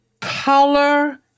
Color